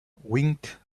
winked